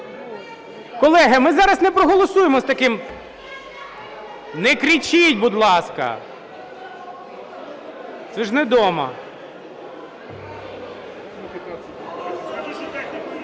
Колеги, ми зараз не проголосуємо з таким.. . Не кричіть, будь ласка, ви ж не дома.